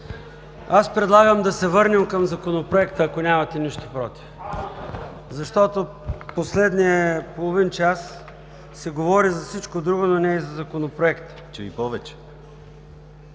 пак предлагам да се върнем към Законопроекта, ако нямате нищо против, защото последния половин час се говори за всичко друго, но не и за Законопроекта.